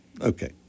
Okay